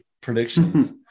predictions